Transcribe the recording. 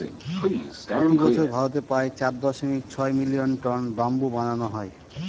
প্রতি বছর ভারতে প্রায় চার দশমিক ছয় মিলিয়ন টন ব্যাম্বু বানানো হয়